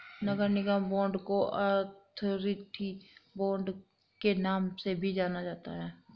नगर निगम बांड को authority bond के नाम से भी जाना जाता है